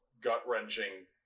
gut-wrenching